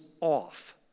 off